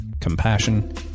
compassion